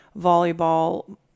volleyball